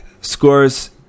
scores